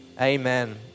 amen